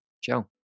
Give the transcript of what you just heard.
Ciao